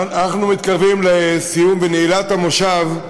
אנחנו מתקרבים לסיום ונעילת המושב,